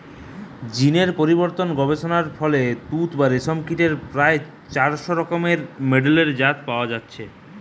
জীন এর পরিবর্তন গবেষণার ফলে তুত বা রেশম কীটের প্রায় চারশ রকমের মেডেলের জাত পয়া যাইছে